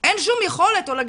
או לגננת אין יכולת לזהות.